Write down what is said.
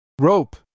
Rope